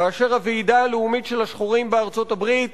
כאשר הוועידה הלאומית של השחורים בארצות-הברית